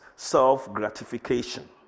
Self-gratification